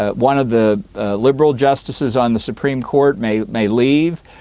ah one of the liberal justices on the supreme court may may leave.